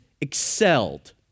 excelled